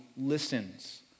listens